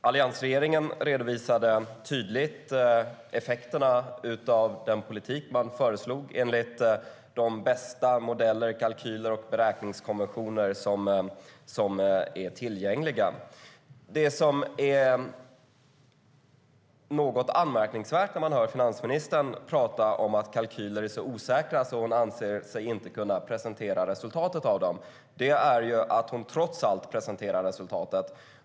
Alliansregeringen redovisade tydligt effekterna av den politik som man föreslog enligt de bästa modeller, kalkyler och beräkningskonventioner som är tillgängliga. Vad som är något anmärkningsvärt - när man hör finansministern prata om att kalkyler är så osäkra att hon inte anser sig kunna presentera resultatet av dem - är att hon trots allt presenterar resultatet.